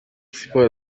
siporo